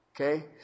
Okay